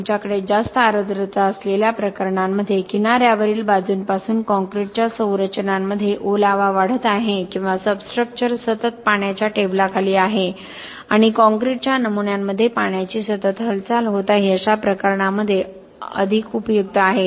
तुमच्याकडे जास्त आर्द्रता असलेल्या प्रकरणांमध्ये किनाऱ्यावरील बाजूंपासून काँक्रीटच्या संरचनांमध्ये ओलावा वाढत आहे किंवा सबस्ट्रक्चर सतत पाण्याच्या टेबलाखाली आहे आणि काँक्रीटच्या नमुन्यांमध्ये पाण्याची सतत हालचाल होत आहे अशा प्रकरणांमध्ये अधिक उपयुक्त आहे